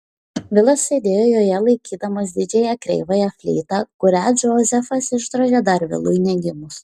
vilas sėdėjo joje laikydamas didžiąją kreivąją fleitą kurią džozefas išdrožė dar vilui negimus